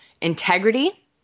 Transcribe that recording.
integrity